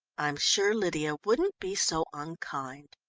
i'm sure lydia wouldn't be so unkind.